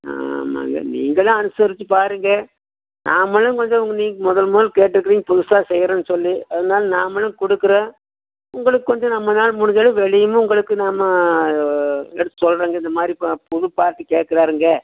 ஆமாங்க நீங்கள் தான் அனுசரித்துப் பாருங்கள் நாமளும் கொஞ்சம் நீங்கள் முதல் முதல் கேட்டுருக்குறீங்க புதுசாக செய்கிறோன்னு சொல்லி அதனால நாமளும் கொடுக்குறோம் உங்களுக்கு கொஞ்சம் நம்மளால முடிஞ்சளவு வெளியவும் உங்களுக்கு நாம எடுத்து சொல்லுறேங்க இந்தமாதிரி புது பார்ட்டி கேக்கிறாருங்க